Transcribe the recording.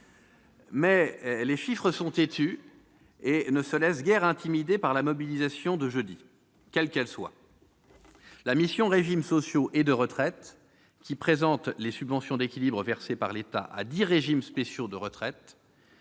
! Les chiffres sont pourtant têtus et ne se laissent guère intimider par la mobilisation de jeudi, quelle que soit son ampleur. La mission « Régimes sociaux et de retraite », qui regroupe les subventions d'équilibre versées par l'État à dix régimes spéciaux de retraite,